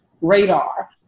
radar